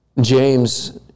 James